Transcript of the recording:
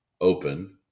Open